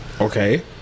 Okay